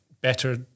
better